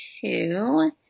two